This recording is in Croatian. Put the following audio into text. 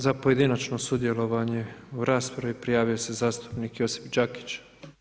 Za pojedinačno sudjelovanje u raspravi, prijavio se zastupnik Josip Đakić.